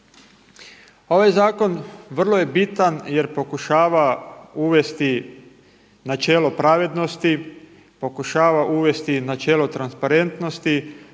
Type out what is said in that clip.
Ovaj zakon vrlo je bitan jer pokušava uvesti načelo pravednosti, pokušava uvesti načelo transparentnosti,